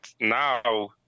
now